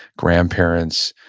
grandparents.